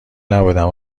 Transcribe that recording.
نبودم